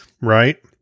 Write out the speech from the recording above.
Right